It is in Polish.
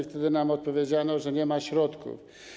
Wtedy nam odpowiedziano, że nie ma środków.